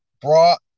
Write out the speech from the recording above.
brought